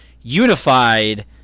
unified